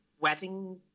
wedding